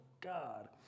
God